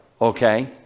okay